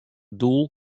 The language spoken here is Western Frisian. doel